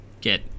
get